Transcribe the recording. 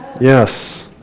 Yes